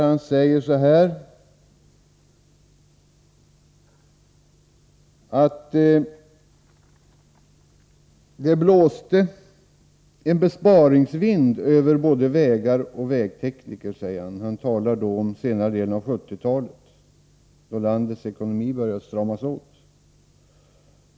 Han säger där: ”Under senare delen av 70-talet, då landets ekonomi började stramas åt, blåste en besparingsvind över både vägar och vägtekniker.